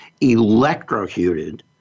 electrocuted